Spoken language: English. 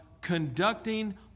conducting